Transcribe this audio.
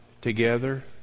together